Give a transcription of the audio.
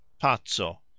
pazzo